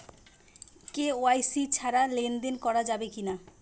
KYC ছাড়া লেনদেন করা যাবে কিনা?